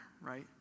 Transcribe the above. right